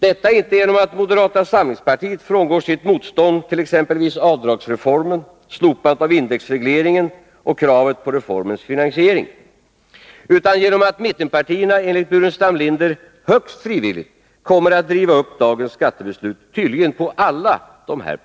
Detta skall inte ske genom att moderata samlingspartiet frångår sitt motstånd mot exempelvis avdragsreformen, slopandet av indexregleringen och kravet på reformens finansiering, utan genom att mittenpartierna enligt Staffan Burenstam Linder ”högst frivilligt” kommer att riva upp dagens skattebeslut, tydligen på alla dessa punkter.